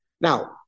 now